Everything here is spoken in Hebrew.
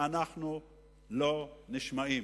ואנחנו לא נשמעים.